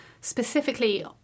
specifically